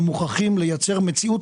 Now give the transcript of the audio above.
אנחנו מוכרחים לייצר מציאות,